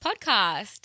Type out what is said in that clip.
podcast